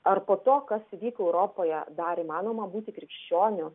ar po to kas įvyko europoje dar įmanoma būti krikščioniu